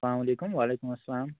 سلام علیکُم وعلیکُم اَسلام